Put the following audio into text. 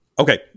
Okay